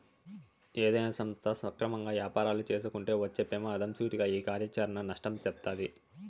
ఏదైనా సంస్థ సక్రమంగా యాపారాలు చేయకుంటే వచ్చే పెమాదం సూటిగా ఈ కార్యాచరణ నష్టం సెప్తాది